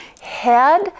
head